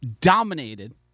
dominated